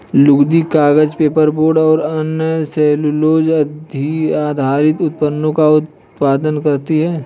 लुगदी, कागज, पेपरबोर्ड और अन्य सेलूलोज़ आधारित उत्पादों का उत्पादन करती हैं